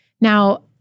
Now